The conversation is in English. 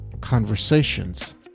conversations